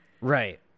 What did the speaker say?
Right